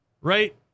right